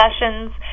sessions